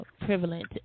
prevalent